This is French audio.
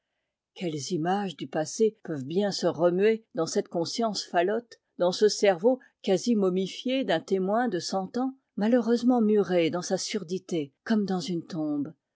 quelles images du passé peuvent bien se remuer dans cette conscience falote dans ce cerveau quasi momifié d'un témoin de cent ans malheureusement muré dans sa surdité comme dans une tombe